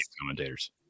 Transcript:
commentators